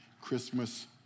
Christmas